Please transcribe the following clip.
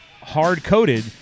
hard-coded